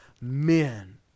men